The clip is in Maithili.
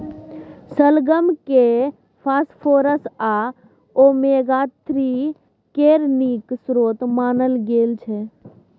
शलगम केँ फास्फोरस आ ओमेगा थ्री केर नीक स्रोत मानल गेल छै